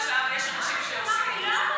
אז אמרתי שגם פה וגם שם יש אנשים שעושים את זה.